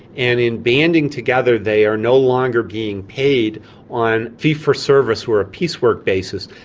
and in banding together they are no longer being paid on fee-for-service or a piecework basis,